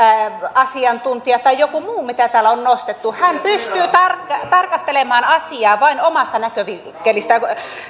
asiantuntija tai joku muu mitä täällä on nostettu pystyy tarkastelemaan asiaa vain omasta näkövinkkelistään